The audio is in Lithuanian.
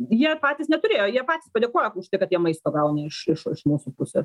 jie patys neturėjo jie patys padėkoja už tai kad jie maisto gauna iš iš iš mūsų pusės